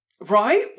Right